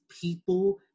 people